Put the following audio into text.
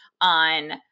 on